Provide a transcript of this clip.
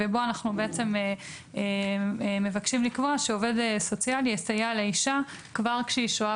ובו אנחנו מבקשים לקבוע שעובד סוציאלי יסייע לאישה כבר כשהיא שוהה